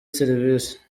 serivisi